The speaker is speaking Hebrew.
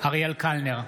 אריאל קלנר,